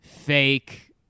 fake